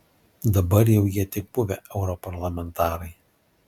dabar jau jie tik buvę europarlamentarai